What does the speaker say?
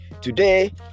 today